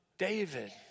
David